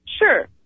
Sure